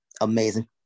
amazing